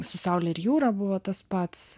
su saule ir jūra buvo tas pats